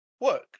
work